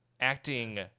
acting